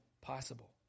possible